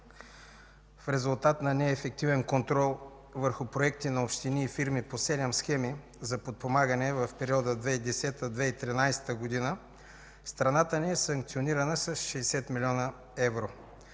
В резултат на неефективен контрол върху проекти на общини и фирми по седем схеми за подпомагане в периода 2010 - 2013 г. страната ни е санкционирана с 60 млн. евро.